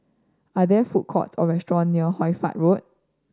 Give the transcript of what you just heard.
are there food courts or restaurants near Hoy Fatt Road